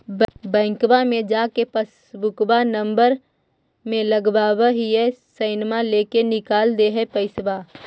बैंकवा मे जा के पासबुकवा नम्बर मे लगवहिऐ सैनवा लेके निकाल दे है पैसवा?